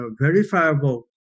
verifiable